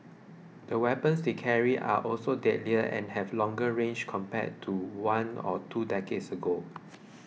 the weapons they carry are also deadlier and have longer range compared to one or two decades ago